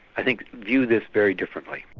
i think, view this very differently.